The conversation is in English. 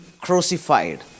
Crucified